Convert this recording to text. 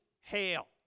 hail